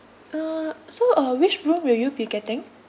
uh so uh which room will you be getting